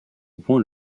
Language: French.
point